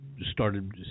started